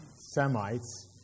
Semites